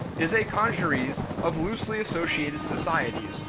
is a congeries of loosely associated societies,